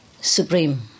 Supreme